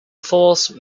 force